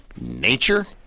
nature